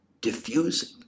diffusing